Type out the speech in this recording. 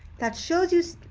that shows you so